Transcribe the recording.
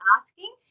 asking